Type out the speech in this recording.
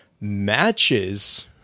matches